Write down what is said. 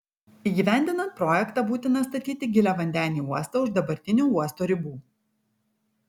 įgyvendinant projektą būtina statyti giliavandenį uostą už dabartinio uosto ribų